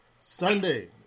Sunday